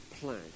plan